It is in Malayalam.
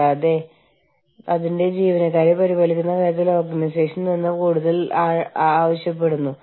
കാരണം ആ പ്രശ്നം ദേശീയ തലത്തിൽ പ്രധാനമായിരിക്കില്ല പക്ഷെ ബഹുരാഷ്ട്ര തലത്തിൽ അത് പ്രധാനമായേക്കാം